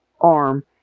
arm